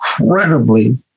incredibly